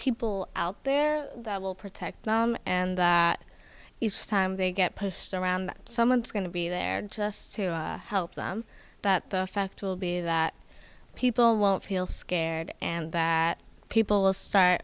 people out there that will protect and that it's time they get pushed around that someone is going to be there just to help them that the effect will be that people won't feel scared and that people will start